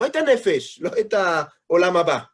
לא את הנפש, לא את העולם הבא.